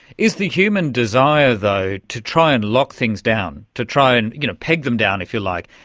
is the human desire though to try and lock things down, to try and you know peg them down, if you like,